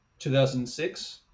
2006